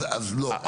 אז לא.